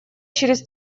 через